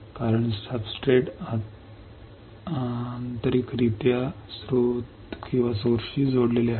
कारण सब्सट्रेट अंतर्गत स्त्रोताशी जोडलेले आहे